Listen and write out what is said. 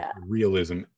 realism